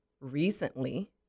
recently